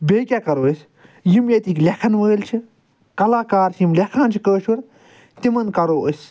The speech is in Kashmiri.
بیٚیہِ کیٚاہ کرو أسۍ یِم ییٚتٕکۍ لٮ۪کھن وٲلۍ چھِ یِم لٮ۪کھان چھِ کٲشُر تِمن کرو أسۍ